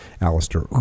Alistair